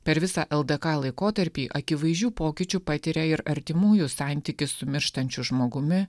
per visą ldk laikotarpį akivaizdžių pokyčių patiria ir artimųjų santykis su mirštančiu žmogumi